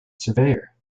surveyor